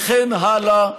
וכן הלאה,